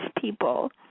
people